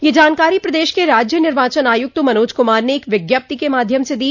यह जानकारी प्रदेश के राज्य निर्वाचन आयुक्त मनोज कुमार ने एक विज्ञप्ति के माध्यम से दी